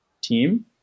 team